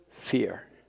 fear